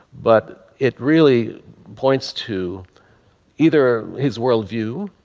but it really points to either his worldview